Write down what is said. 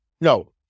no